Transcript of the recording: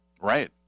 Right